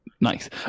Nice